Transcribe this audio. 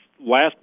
last